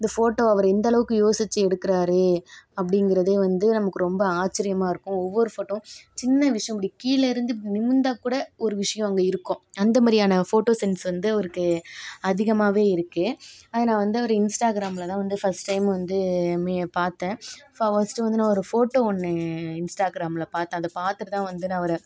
photo அவர் இந்தளவுக்கு யோசிச்சு எடுக்கிறாரு அப்படிங்குறதே வந்து நமக்கு ரொம்ப ஆச்சரியமா இருக்கும் ஒவ்வொரு ஃபோட்டோவும் சின்ன விஷயம் இப்படி கீழலிருந்து இப்படி நிமிர்ந்தா கூட ஒரு விஷயம் அங்கே இருக்கும் அந்த மாதிரியான ஃபோட்டோ சென்ஸ் வந்து அவருக்கு அதிகமாகவே இருக்குது அதை நான் வந்து அவர் இன்ஸ்ட்டாகிராமில் தான் வந்து ஃபஸ்ட் டைம் வந்து பார்த்தேன் ஃபஸ்ட்டு வந்து நான் ஒரு ஃபோட்டோ ஒன்று இன்ஸ்ட்டாகிராமில் பார்த்தேன் அதை பார்த்துட்டுதான் வந்து நான் அவரை